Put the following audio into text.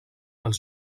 els